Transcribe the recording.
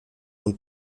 und